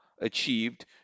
achieved